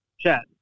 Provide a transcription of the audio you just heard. Chat